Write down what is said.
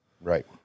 Right